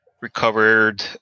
recovered